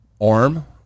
arm